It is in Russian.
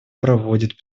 проводит